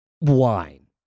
wine